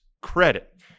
credit